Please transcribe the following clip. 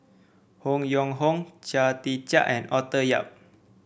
Han Yong Hong Chia Tee Chiak and Arthur Yap